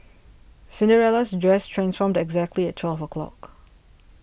Cinderella's dress transformed exactly at twelve o' clock